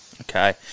Okay